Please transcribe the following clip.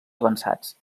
avançats